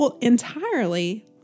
entirely